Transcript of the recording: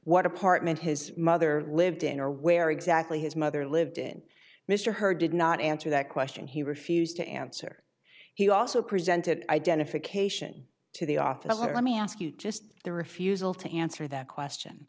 what apartment his mother lived in or where exactly his mother lived in mr hurd did not answer that question he refused to answer he also presented identification to the author let me ask you just the refusal to answer that question